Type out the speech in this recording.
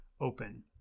open